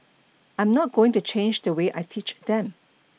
I'm not going to change the way I teach them